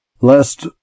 lest